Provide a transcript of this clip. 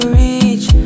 reach